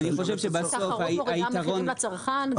תחרות מורידה מחירים לצרכן.